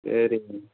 சரி